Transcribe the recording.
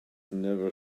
never